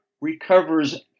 recovers